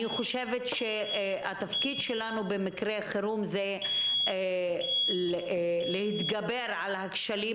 אני חושבת שהתפקיד שלנו במקרה חירום הוא להתגבר על הכשלים